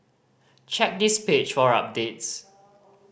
check this page for updates